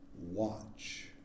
watch